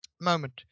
moment